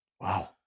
Wow